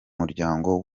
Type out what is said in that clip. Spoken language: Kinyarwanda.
muryango